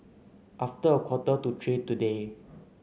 after a quarter to three today